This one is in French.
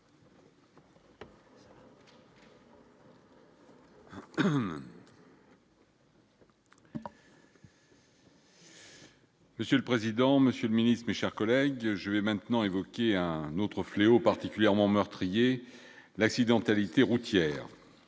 Monsieur le président, Monsieur le Ministre, mes chers collègues, je vais maintenant évoquer un autre fléau particulièrement meurtrier l'accidentalité routière